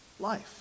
Life